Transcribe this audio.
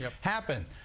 happen